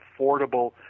affordable